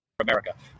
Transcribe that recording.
America